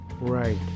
Right